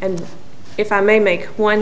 and if i may make one